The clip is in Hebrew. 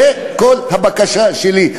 זו כל הבקשה שלי.